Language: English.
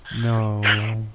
No